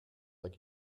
like